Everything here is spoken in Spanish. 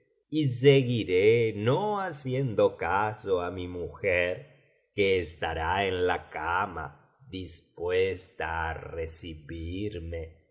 y seguiré no haciendo caso á mi mujer que estará en la cama dispuesta á recibirme y